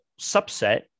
subset